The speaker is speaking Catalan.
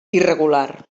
irregular